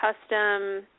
custom